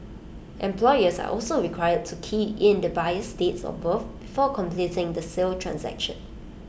employees are also required to key in the buyer's date of birth before completing the sale transaction